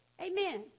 Amen